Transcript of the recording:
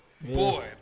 Boy